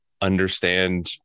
understand